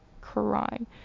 crying